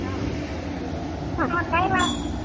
હા તો કાંઇ વાંધો નહીં